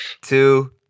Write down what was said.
two